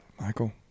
Michael